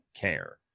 care